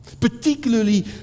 Particularly